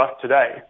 today